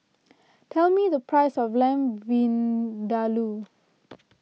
tell me the price of Lamb Vindaloo